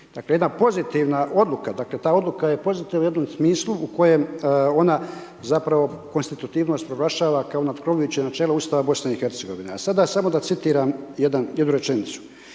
Dakle, jedna pozitivna odluka, dakle, ta odluka je pozitivna u jednom smislu u kojem ona zapravo konstitutivnost proglašava kao nadkrovujuće načelo ustava Bosne i Hercegovine. A sada samo da citiram jednu rečenicu,